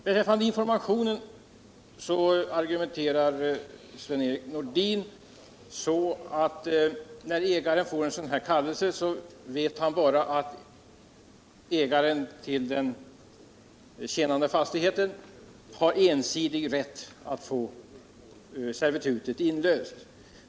Beträffande informationen hävdar Sven-Erik Nordin att när ägaren får en sådan här kallelse vet han bara att ägaren till den tjänande fastigheten har ensidig rätt att få servitutet inlöst.